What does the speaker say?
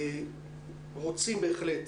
אנחנו רוצים בהחלט,